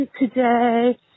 today